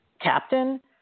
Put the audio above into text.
captain